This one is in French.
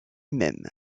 même